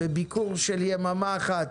בביקור של יממה אחת